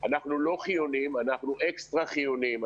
אנחנו הסקטור האחרון שחוזר לעבודה,